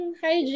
hi